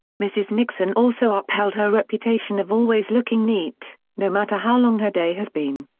mrs. nixon also upheld her reputation of always looking neat, no matter how long her day has been.